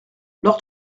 lord